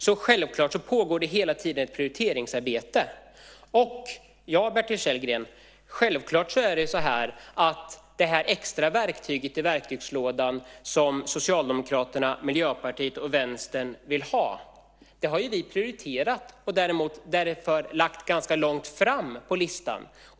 Så självklart pågår det hela tiden ett prioriteringsarbete. Ja, Bertil Kjellberg, självklart är det så att vi har prioriterat det extra verktyg i verktygslådan som Socialdemokraterna, Miljöpartiet och Vänstern vill ha och därför lagt det ganska långt fram på listan.